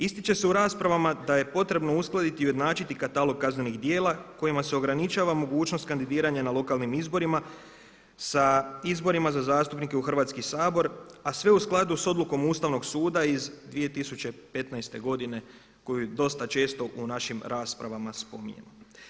Ističe se u raspravama da je potrebno uskladiti i ujednačiti katalog kaznenih djela kojima se ograničava mogućnost kandidiranja na lokalnim izborima sa izborima za zastupnike u Hrvatski sabor a sve u skladu sa odlukom Ustavnog suda iz 2015. godine koju dosta često u našim raspravama spominjemo.